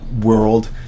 world